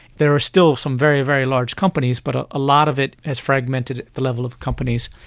there are still some very, very large companies, but a ah lot of it has fragmented at the level of companies.